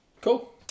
Cool